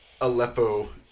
Aleppo